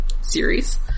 series